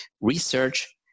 research